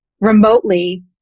remotely